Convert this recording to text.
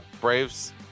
Braves